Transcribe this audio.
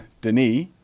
Denis